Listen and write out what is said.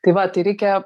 tai va tai reikia